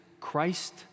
Christ